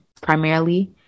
primarily